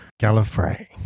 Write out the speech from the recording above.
gallifrey